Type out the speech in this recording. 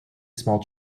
small